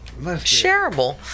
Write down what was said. shareable